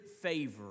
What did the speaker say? favor